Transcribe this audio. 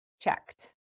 checked